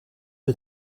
who